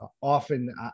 often